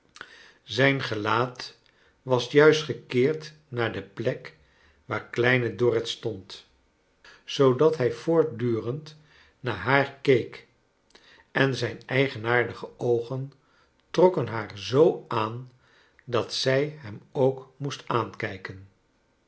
zijn gelaat was juist gekeerd naar de plek waar kleine dorrit stond zoodat hij voortdurend naar haar keek en zijn eigenaardige oogen trokken haar zoo aan dat zij hem ook moest aankijken